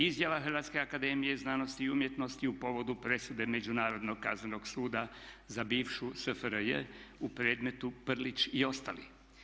Izjava Hrvatske akademije znanosti i umjetnosti u povodu presude Međunarodnog kaznenog suda za bivšu SFRJ u predmetu Prlić i ostali.